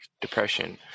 depression